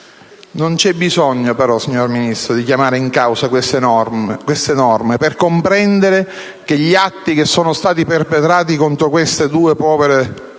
Non c'è bisogno, però, signor Ministro, di chiamare in causa queste norme per comprende che gli atti che sono stati perpetrati contro queste due povere